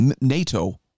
NATO